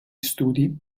studi